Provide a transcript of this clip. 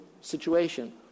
situation